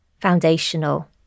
foundational